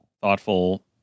thoughtful